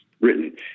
written